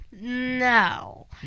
No